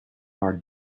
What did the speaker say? are